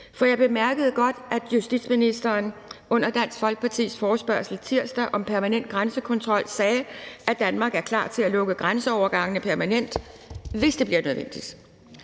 Jeg bemærkede godt, at justitsministeren under Dansk Folkepartis forespørgsel i tirsdags om permanent grænsekontrol sagde, at Danmark er klar til at lukke grænseovergangene permanent, hvis det bliver nødvendigt.